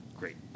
great